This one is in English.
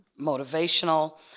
motivational